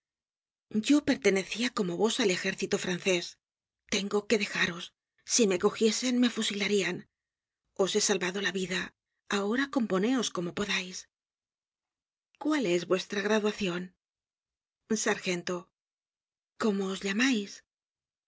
yo pertenecia como vos al ejército francés tengo que dejaros si me cogiesen me fusilarían os he salvado la vida ahora componeos como podais cuál es vuestra graduacion sargento cómo os llamais